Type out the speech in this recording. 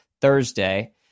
Thursday